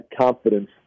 confidence